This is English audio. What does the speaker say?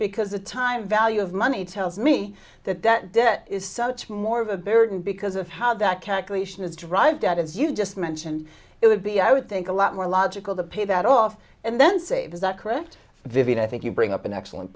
because the time value of money tells me that that debt is such more of a burden because of how that calculation is drive debt as you just mentioned it would be i would think a lot more logical to pay that off and then save is that correct vivian i think you bring up an excellent